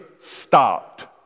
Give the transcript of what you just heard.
stopped